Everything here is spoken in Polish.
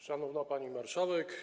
Szanowna Pani Marszałek!